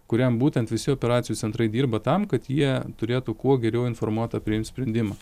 kuriam būtent visi operacijų centrai dirba tam kad jie turėtų kuo geriau informuotą priimt sprendimą